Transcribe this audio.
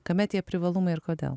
kame tie privalumai ir kodėl